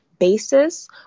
basis